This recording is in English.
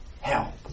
help